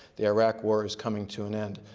the iraq war is coming to an end.